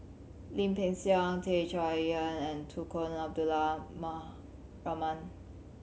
Lim Peng Siang Tan Chay Yan and Tunku Abdul Rahman